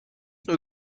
nur